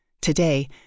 Today